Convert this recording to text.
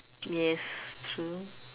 yes true